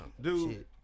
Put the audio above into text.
dude